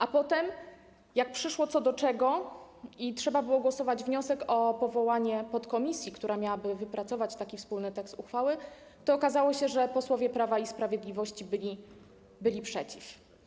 A potem jak przyszło, co do czego, i trzeba było głosować nad wnioskiem o powołanie podkomisji, która miałaby wypracować wspólny tekst uchwały, to okazało się, że posłowie Prawa i Sprawiedliwości byli przeciw.